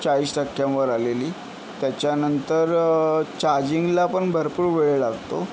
चाळीस टक्क्यांवर आलेली त्याच्यानंतर चार्जिंगला पण भरपूर वेळ लागतो